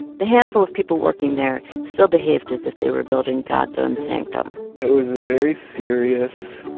the handful of people working there still behaved as if they were building god's own sanctum it was a very serious,